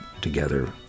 together